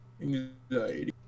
anxiety